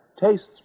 tastes